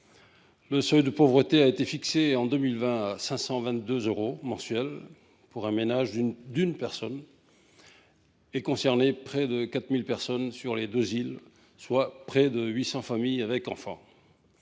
Le seuil de pauvreté, qui a été fixé en 2020 à 522 euros mensuels pour un ménage d’une personne, concerne près de 4 000 personnes sur les deux îles, soit près de 800 familles avec enfants.